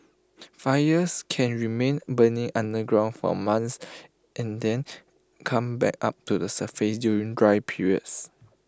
fires can remain burning underground for months and then come back up to the surface during dry periods